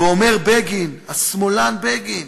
ואומר בגין, השמאלן בגין: